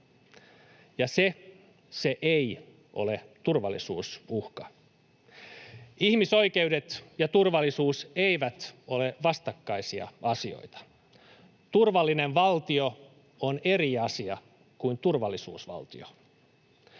Ja se ei ole turvallisuusuhka. Ihmisoikeudet ja turvallisuus eivät ole vastakkaisia asioita. Turvallinen valtio on eri asia kuin turvallisuusvaltio.